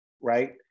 right